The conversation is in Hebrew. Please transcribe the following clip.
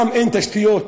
אין שם תשתיות,